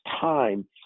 time